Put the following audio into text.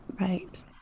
Right